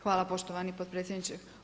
Hvala poštovani potpredsjedniče.